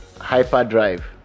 hyperdrive